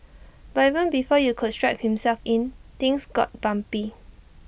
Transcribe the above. but even before you could strap himself in things got bumpy